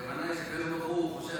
הכוונה שהקדוש ברוך הוא,